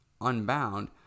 unbound